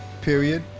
period